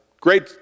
great